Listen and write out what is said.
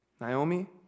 Naomi